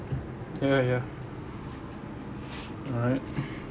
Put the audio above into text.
ya ya alright